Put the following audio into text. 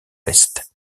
l’est